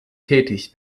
tätig